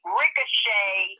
ricochet